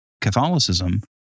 catholicism